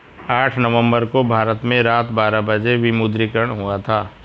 आठ नवम्बर को भारत में रात बारह बजे विमुद्रीकरण हुआ था